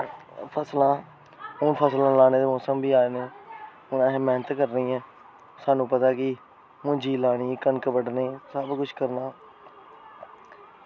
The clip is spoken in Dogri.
फसलां हून फस लां लानै दे मौसम बी हैन हून असें मैह्नत करनी ऐ स्हानू पता कि मुंजी लानी कनक बड्ढना सबकिश करना